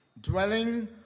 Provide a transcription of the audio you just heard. dwelling